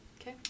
Okay